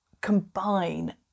combine